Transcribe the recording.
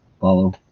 follow